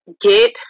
get